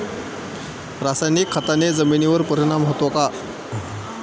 रासायनिक खताने जमिनीवर परिणाम होतो का?